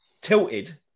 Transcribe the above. tilted